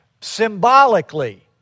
symbolically